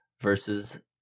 versus